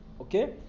okay